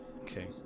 Okay